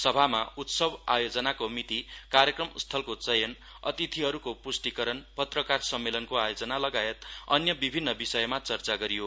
सभामा उत्सव आयोजनाको मिति कार्यक्रम स्थलको चयन अतिथिहरूको पूष्टीकरण पत्रकार सम्मलनको आयोजना लगायत अन्य विभिन्न विषयमा चर्चा गरियो